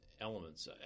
elements